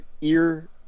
ear